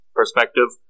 perspective